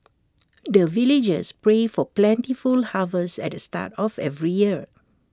the villagers pray for plentiful harvest at the start of every year